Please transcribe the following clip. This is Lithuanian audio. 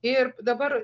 ir dabar